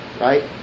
right